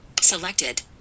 selected